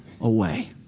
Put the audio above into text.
away